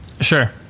Sure